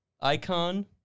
icon